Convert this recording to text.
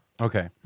Okay